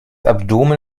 abdomen